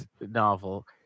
novel